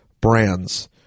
brands